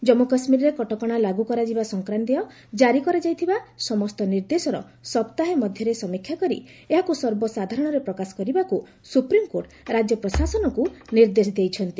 ଜମ୍ମୁ କାଶ୍ମୀରରେ କଟକଣା ଲାଗୁ କରାଯିବା ସଂକ୍ରାନ୍ତୀୟ ଜାରି କରାଯାଇଥିବା ସମସ୍ତ ନିର୍ଦ୍ଦେଶର ସପ୍ତାହେ ମଧ୍ୟରେ ସମୀକ୍ଷା କରି ଏହାକୁ ସର୍ବସାଧାରଣରେ ପ୍ରକାଶ କରିବାକୁ ସୁପ୍ରିମ୍କୋର୍ଟ ରାଜ୍ୟ ପ୍ରଶାସନକୁ ନିର୍ଦ୍ଦେଶ ଦେଇଛନ୍ତି